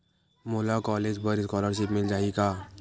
मोला कॉलेज बर स्कालर्शिप मिल जाही का?